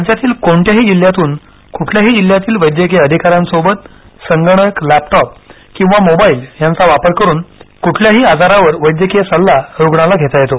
राज्यातील कोणत्याही जिल्ह्यातून कुठल्याही जिल्ह्यातील वैद्यकीय अधिकाऱ्यांसोबत संगणक लॅपटॉप मोबाईल यांचा वापर करून कुठल्याही आजारावर वैद्यकीय सल्ला उपचार रुग्णाला घेता येतो